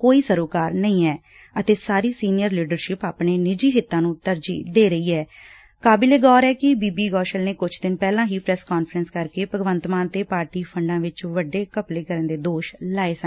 ਕੋਈ ਸਰੋਕਾਰ ਨਹੀਂ ਏ ਅਤੇ ਸਾਰੀ ਸੀਨੀਅਰ ਲੀਡਰਸ਼ਿਪ ਆਪਣੇ ਨਿੱਜੀ ਹਿੱਤਾਂ ਨੂ ਕਾਬਿਲ ਏ ਗੌਰ ਐ ਕਿ ਸ੍ਰੀਮਤੀ ਗੋਸਲ ਨੇ ਕੁਝ ਇਨ ਪਹਿਲਾਂ ਹੀ ਪ੍ਰੈਸ ਕਾਨਫਰੰਸ ਕਰਕੇ ਭਗਵੰਤ ਮਾਨ ਤੇ ਪਾਰਟੀ ਫੰਡਾ ਵਿਚ ਵੱਡੇ ਘਪਲੇ ਕਰਨ ਦੇ ਦੋਸ਼ ਲਾਏ ਸੀ